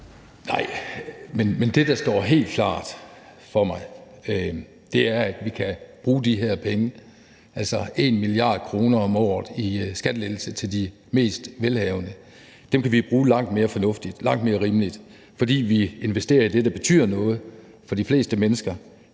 Nej, men det, der står helt klart for mig, er, at vi kan bruge de her penge – altså 1 mia. kr. om året i skattelettelser til de mest velhavende – langt mere fornuftigt og langt mere rimeligt, fordi vi investerer i det, der betyder noget for de fleste mennesker,